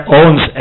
owns